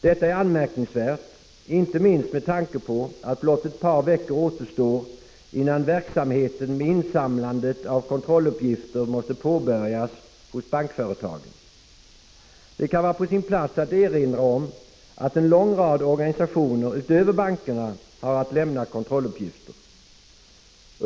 Detta är anmärkningsvärt, inte minst med tanke på att blott ett par veckor återstår innan verksamheten med insamlandet av kontrolluppgifter måste påbörjas hos bankföretagen. Det kan vara på sin plats att erinra om att en lång rad organisationer utöver bankerna har att lämna kontrolluppgifter.